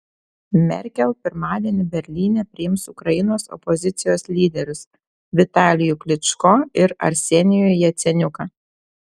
merkel pirmadienį berlyne priims ukrainos opozicijos lyderius vitalijų klyčko ir arsenijų jaceniuką